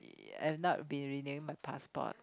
I have not been renewing my passport